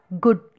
good